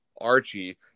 Archie